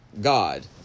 God